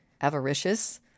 avaricious